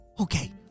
Okay